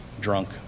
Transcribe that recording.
drunk